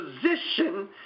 position